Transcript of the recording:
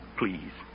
please